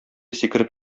сикереп